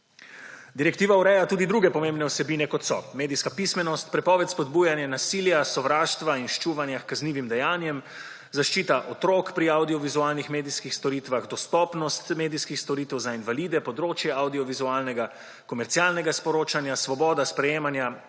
Direktiva ureja tudi druge pomembne vsebine, kot so: medijska pismenost; prepoved spodbujanja nasilja, sovraštva in ščuvanja h kaznivim dejanjem; zaščita otrok pri avdiovizualnih medijskih storitvah; dostopnost medijskih storitev za invalide; področja avdiovizualnega komercialnega sporočanja; svoboda sprejemanja